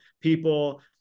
people